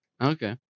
Okay